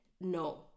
No